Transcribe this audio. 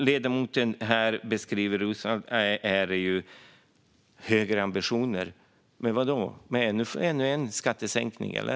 Ledamoten Roswall talar om högre ambitioner, men med vad? Med ännu en skattesänkning, eller?